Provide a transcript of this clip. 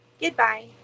goodbye